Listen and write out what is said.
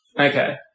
Okay